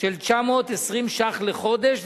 של 920 ש"ח לחודש,